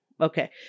Okay